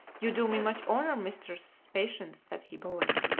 you do me much honor, mistress patience, said he, bowing.